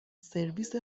سرویس